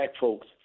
folks